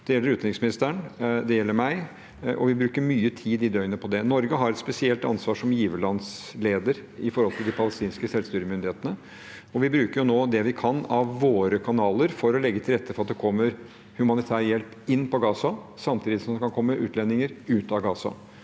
Det gjelder utenriksministeren, og det gjelder meg, og vi bruker mye tid i døgnet på det. Norge har, som leder av giverlandsgruppen, et spesielt ansvar overfor de palestinske selvstyremyndighetene, og vi bruker nå det vi kan av våre kanaler for å legge til rette for at det kan komme humanitær hjelp inn til Gaza, samtidig som det kan komme utlendinger ut av Gaza.